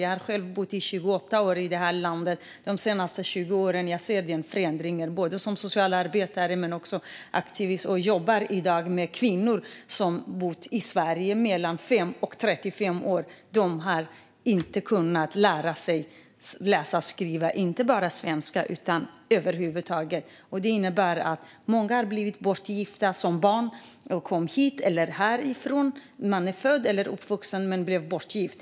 Jag har själv bott i 28 år i det här landet. De senaste 20 åren har jag sett den här förändringen, både som socialarbetare och i det jag aktivt gör i dag när jag jobbar med kvinnor som har bott i Sverige mellan 5 och 35 år och inte har kunnat lära sig läsa och skriva. Och det gäller inte bara svenska utan över huvud taget. Många har blivit bortgifta som barn innan de kom hit eller när de har varit här i Sverige. Man är född eller uppvuxen här men blev bortgift.